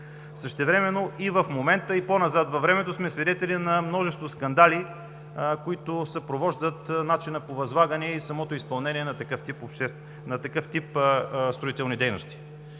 Същевременно и в момента, а и по-назад във времето, сме свидетели на множество скандали, които съпровождат начина по възлагане и самото изпълнение на такъв тип строителни дейности.